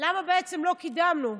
למה בעצם לא קידמנו.